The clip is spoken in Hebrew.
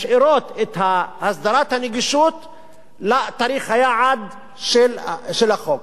משאירים את הסדרת הנגישות לתאריך היעד של החוק.